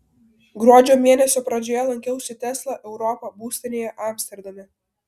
gruodžio mėnesio pradžioje lankiausi tesla europa būstinėje amsterdame